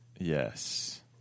Yes